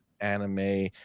anime